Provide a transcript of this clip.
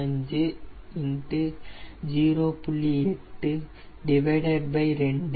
82 0